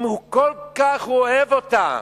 אם הוא כל כך אוהב אותה,